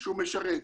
שהוא משרת,